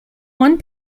one